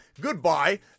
Goodbye